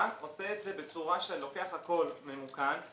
בנק עושה את זה בצורה שהוא לוקח הכל ממוכן,